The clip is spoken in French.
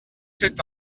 cet